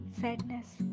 sadness